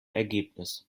ergebnis